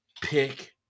pick